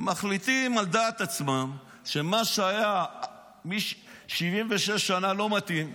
מחליטים על דעת עצמם שמה שהיה 76 שנה לא מתאים,